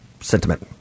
sentiment